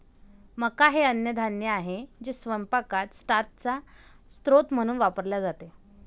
मका हे अन्नधान्य आहे जे स्वयंपाकात स्टार्चचा स्रोत म्हणून वापरले जाते